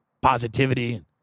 positivity